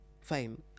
fine